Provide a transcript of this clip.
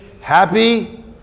Happy